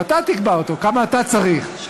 שאתה תקבע אותו, כמה אתה צריך,